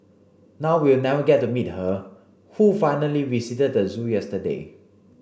now we'll never get to meet her who finally visited the zoo yesterday